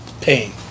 pain